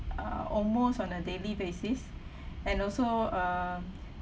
uh almost on a daily basis and also um